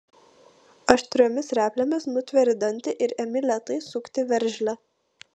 aštriomis replėmis nutveri dantį ir imi lėtai sukti veržlę